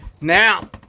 Now